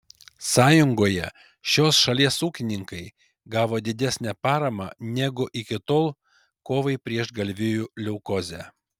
sąjungoje šios šalies ūkininkai gavo didesnę paramą negu iki tol kovai prieš galvijų leukozę